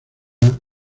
olga